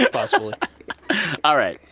possibly all right.